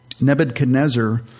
Nebuchadnezzar